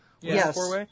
Yes